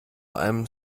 einem